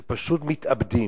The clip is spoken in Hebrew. זה פשוט מתאבדים.